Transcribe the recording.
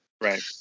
Right